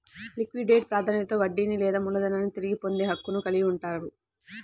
liquidate ప్రాధాన్యతలో వడ్డీని లేదా మూలధనాన్ని తిరిగి పొందే హక్కును కలిగి ఉంటారు